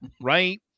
right